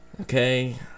okay